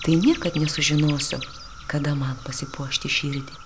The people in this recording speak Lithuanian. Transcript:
tai niekad nesužinosiu kada man pasipuošti širdį